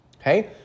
okay